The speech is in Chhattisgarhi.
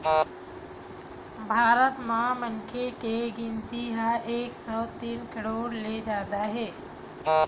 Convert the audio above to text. भारत म मनखे के गिनती ह एक सौ तीस करोड़ ले जादा हे